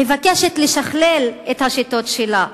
מבקשת לשכלל את השיטות שלה.